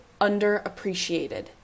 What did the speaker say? underappreciated